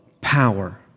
power